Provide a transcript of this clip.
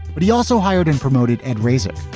but he also hired and promoted and raise it,